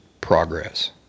progress